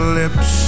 lips